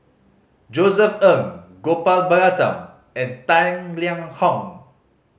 Josef Ng Gopal Baratham and Tang Liang Hong